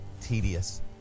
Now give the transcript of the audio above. tedious